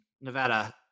Nevada